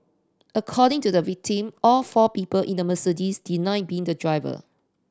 according to the victim all four people in the Mercedes denied being the driver